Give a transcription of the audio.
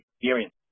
experience